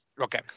okay